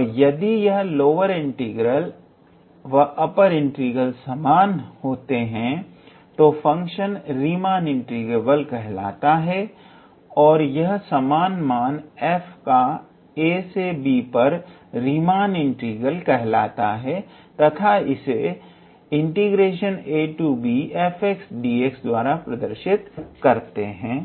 और यदि यह लोअर इंटीग्रल व अपर इंटीग्रल समान होते हैं तो फंक्शन रीमान इंटीग्रेबल कहलाता है और यह समान मान f का ab पर रीमान इंटीग्रल कहलाता है तथा इसे द्वारा प्रदर्शित करते हैं